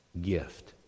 gift